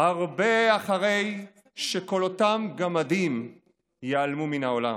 הרבה אחרי שכל אותם גמדים ייעלמו מן העולם.